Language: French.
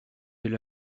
elle